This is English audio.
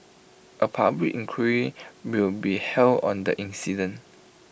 A public inquiry will be held on the incident